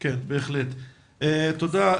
תודה,